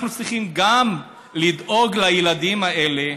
אנחנו צריכים לדאוג גם לילדים האלה,